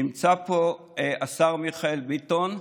נמצא פה השר מיכאל ביטון.